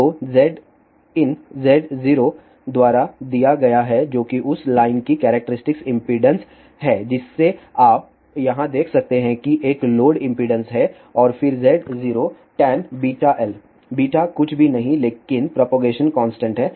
तो Zin Z0 द्वारा दिया गया है जो उस लाइन की कैरेक्टरिस्टिक इम्पीडेन्स है जिसे आप यहां देख सकते हैं कि एक लोड इम्पीडेन्स है और फिर Z0tan βl β कुछ भी नहीं लेकिन प्रोपगेशन कांस्टेंट है